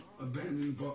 abandoned